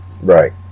Right